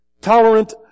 Tolerant